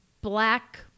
black